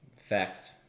Facts